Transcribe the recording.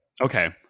Okay